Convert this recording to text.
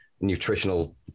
nutritional